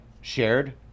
shared